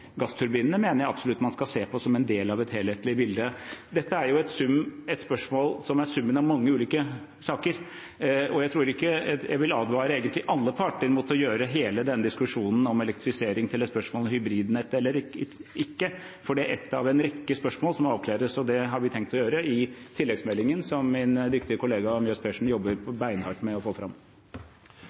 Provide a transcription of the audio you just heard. gassturbinene, mener jeg absolutt man skal se på som en del av et helhetlig bilde. Dette er et spørsmål som er summen av mange ulike saker, og jeg vil egentlig advare alle parter mot å gjøre hele denne diskusjonen om elektrifisering til et spørsmål om hybridnett eller ikke, for det er ett av en rekke spørsmål som må avklares, og det har vi tenkt å gjøre i tilleggsmeldingen som min dyktige kollega Mjøs Persen jobber beinhardt med å få fram.